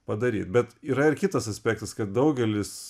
padaryt bet yra ir kitas aspektas kad daugelis